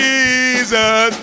Jesus